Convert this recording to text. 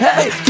Hey